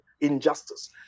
injustice